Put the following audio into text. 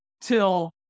till